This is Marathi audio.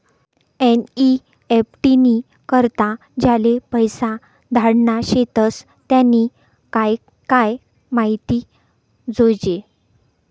एन.ई.एफ.टी नी करता ज्याले पैसा धाडना शेतस त्यानी काय काय माहिती जोयजे